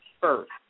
first